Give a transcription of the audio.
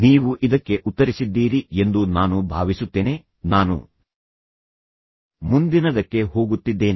ನೀವೂ ಇದಕ್ಕೆ ಉತ್ತರಿಸಿದ್ದೀರಿ ಎಂದು ನಾನು ಭಾವಿಸುತ್ತೇನೆ ನಾನು ಮುಂದಿನದಕ್ಕೆ ಹೋಗುತ್ತಿದ್ದೇನೆ